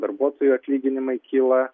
darbuotojų atlyginimai kyla